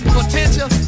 potential